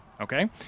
Okay